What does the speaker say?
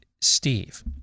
Steve